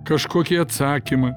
kažkokį atsakymą